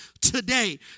today